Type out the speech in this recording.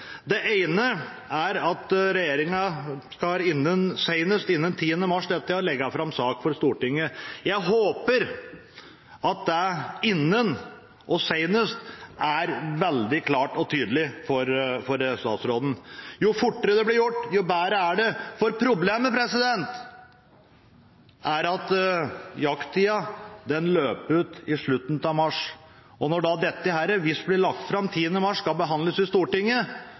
Det ene er at regjeringen senest innen 10. mars skal legge fram en sak for Stortinget. Jeg håper at ordene «innen» og «senest» er veldig klare og tydelige for statsråden. Jo fortere det blir gjort, jo bedre er det, for problemet er at jakttida løper ut i slutten av mars, og hvis det blir lagt fram 10. mars og så skal behandles i Stortinget,